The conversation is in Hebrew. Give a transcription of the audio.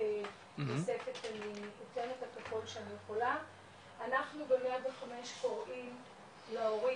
אנחנו ב-105 קוראים להורים,